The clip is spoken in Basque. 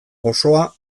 osoa